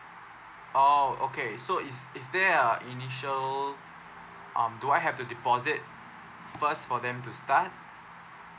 oh okay so is is there uh initial um do I have to deposit first for them to start